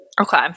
okay